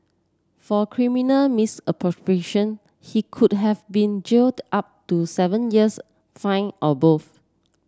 for criminal misappropriation he could have been jailed up to seven years fined or both